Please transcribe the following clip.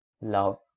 love